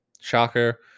Shocker